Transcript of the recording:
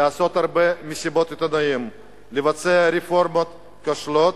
לעשות הרבה מסיבות עיתונאים, לבצע רפורמות כושלות,